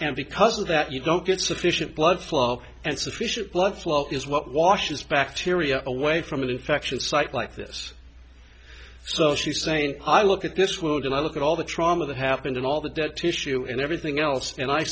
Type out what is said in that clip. and because of that you don't get sufficient blood flow and sufficient blood flow is what washes bacteria away from an infection site like this so she's saying i look at this world and i look at all the trauma that happened and all that that tissue and everything else and i